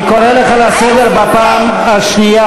אני קורא אותך לסדר בפעם השנייה,